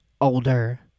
older